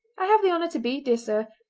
i have the honour to be, dear sir,